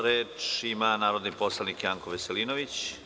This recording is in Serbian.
Reč ima narodni poslanik Janko Veselinović.